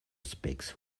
speaks